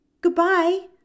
Goodbye